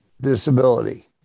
disability